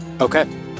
Okay